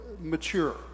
mature